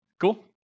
Cool